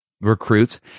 recruits